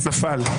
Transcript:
נפל.